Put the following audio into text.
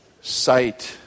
sight